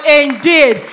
indeed